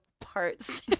parts